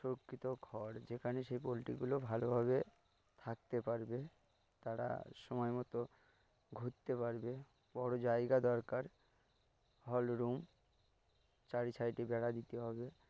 সুরক্ষিত খড় যেখানে সেই পোলট্রিগুলো ভালোভাবে থাকতে পারবে তারা সময় মতো ঘুরতে পারবে বড়ো জায়গা দরকার হলরুম চারি সাইডে বেড়া দিতে হবে